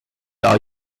are